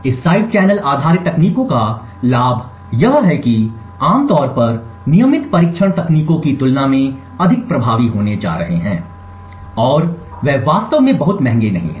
इस side channel आधारित तकनीकों का लाभ यह है कि आमतौर पर नियमित परीक्षण तकनीकों की तुलना में अधिक प्रभावी होने जा रहे हैं और वे वास्तव में बहुत महंगे नहीं हैं